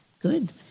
Good